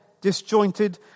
disjointed